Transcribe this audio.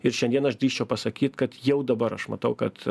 ir šiandien aš drįsčiau pasakyt kad jau dabar aš matau kad